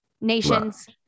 nations